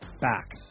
back